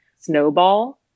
snowball